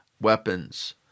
weapons